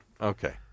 okay